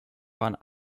waren